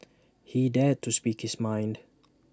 he dared to speak his mind